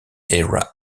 era